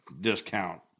discount